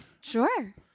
Sure